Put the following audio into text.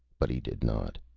but he did not.